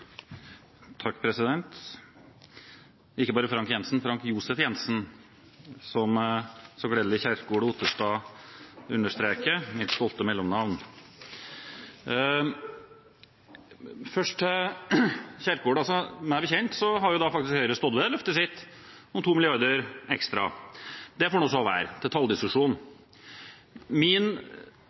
så gledelig understreker – mitt stolte mellomnavn. Først til Kjerkol: Meg bekjent har Høyre faktisk stått ved løftet sitt om 2 mrd. kr ekstra. Det får nå så være, det er talldiskusjon.